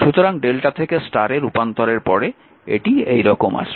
সুতরাং Δ থেকে Y তে রূপান্তরের পরে এটি এই রকম আসবে